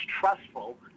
trustful